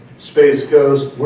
space coast,